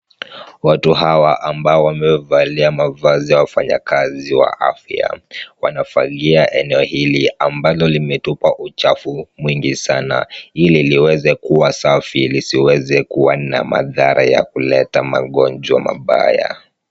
Watu hawa ambayo wamevalia mavazi ya wafanyikazi wa afya. wanafagia heneo hili ambalo limetupwa uchafu mwingi sana. ili liweze kuwa Safi liziweze kuwa na madhara ya kuleta magonjwa mabaya.